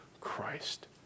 Christ